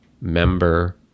member